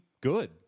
good